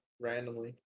randomly